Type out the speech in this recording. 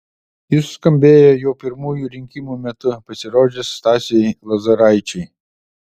ji suskambėjo jau pirmųjų rinkimų metu pasirodžius stasiui lozoraičiui